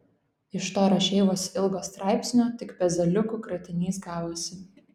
iš to rašeivos ilgo straipsnio tik pezaliukų kratinys gavosi